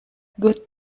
good